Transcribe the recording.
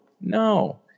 no